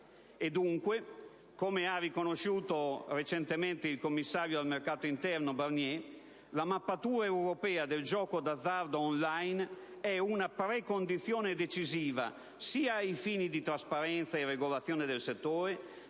Dunque, come ha riconosciuto recentemente il commissario al mercato interno Barnier, la mappatura europea del gioco d'azzardo *on line* è una precondizione decisiva sia ai fini della trasparenza e della regolazione del settore,